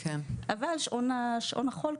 אבל שעון החול,